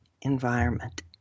environment